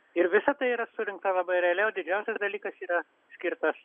ir visa tai yra surinkta labai realiai o didžiausias dalykas yra skirtas